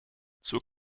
zur